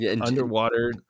underwater